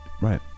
Right